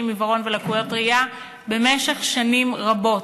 עם עיוורון ולקויות ראייה במשך שנים רבות,